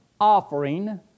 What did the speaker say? offering